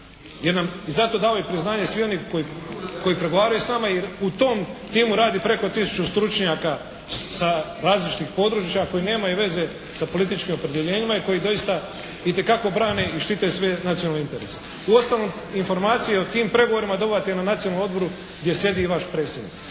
zato daju i priznanje svi oni koji pregovaraju s nama jer u tom timu radi preko 1000 stručnjaka sa različitim područja koji nemaju veze sa političkim opredjeljenjima i koji doista itekako brane i štite svoje nacionalne interese. Uostalom informacije o tim pregovorima je … /Govornik se ne razumije./ … Nacionalnom odboru gdje sjedi i vaš predsjednik.